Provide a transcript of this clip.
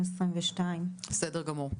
בסדר גמור.